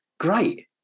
Great